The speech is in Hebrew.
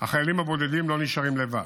החיילים הבודדים לא נשארים לבד.